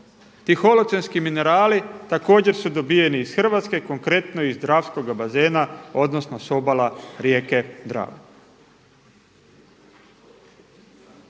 Ti holocenski minerali također su dobiveni iz Hrvatske, konkretno iz dravskoga bazena, odnosno sa obala rijeke Drave.